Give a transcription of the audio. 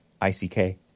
I-C-K